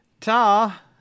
ta